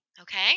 Okay